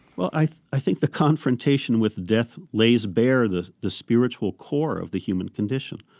well, i i think the confrontation with death lays bare the the spiritual core of the human condition.